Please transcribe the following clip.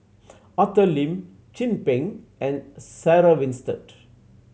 Arthur Lim Chin Peng and Sarah Winstedt